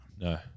No